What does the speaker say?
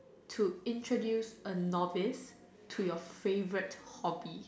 to introduce a novice to your favourite hobby